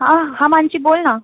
हां हां मानसी बोल ना